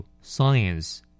Science